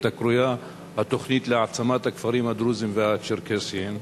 הקרויה "התוכנית להעצמת הכפרים הדרוזיים והצ'רקסיים".